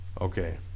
Okay